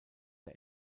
der